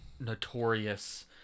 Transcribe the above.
notorious